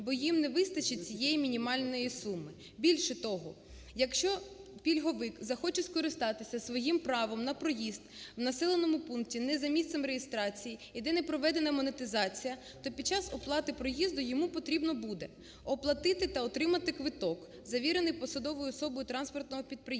бо їм не вистачить цієї мінімальної суми. Більше того, якщо пільговик захоче скористатися своїм правом на проїзд в населеному пункті не за місцем реєстрації і де не проведена монетизація, то під час оплати проїзду йому потрібно буде: оплатити та отримати квиток, завірений посадовою особою транспортного підприємства